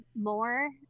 more